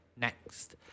next